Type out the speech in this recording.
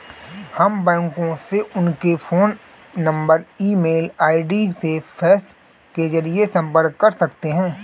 हम बैंकों से उनके phone number e mail ID और फैक्स के जरिए संपर्क कर सकते हैं